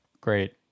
Great